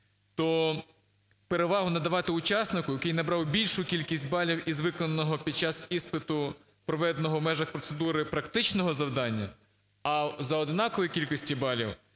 то перевагу надавати учаснику, який набрав більшу кількість балів із виконаного під час іспиту, проведеного в межах процедури, практичного завдання, а за однакової кількості балів